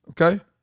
okay